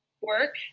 work